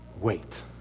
Wait